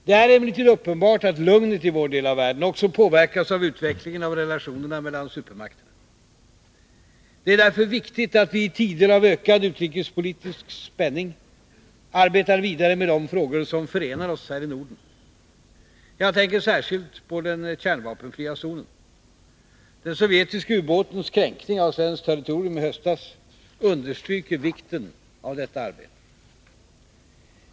Det är emellertid uppenbart, att lugnet i vår del av världen också påverkas av utvecklingen av relationerna mellan supermakterna. Det är därför viktigt att vi i tider av ökad utrikespolitisk spänning arbetar vidare med de frågor som förenar oss här i Norden. Jag tänker särskilt på den kärnvapenfria zonen. Den sovjetiska ubåtens kränkning av svenskt territorium i höstas understryker vikten av detta arbete.